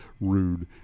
rude